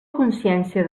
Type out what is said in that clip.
consciència